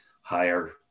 higher